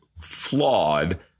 flawed